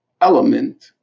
element